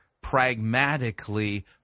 pragmatically